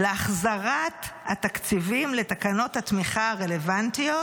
להחזרת התקציבים לתקנות התמיכה הרלוונטיות